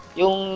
yung